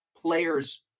players